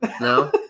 No